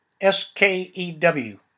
S-K-E-W